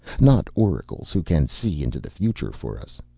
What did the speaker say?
not oracles who can see into the future for us.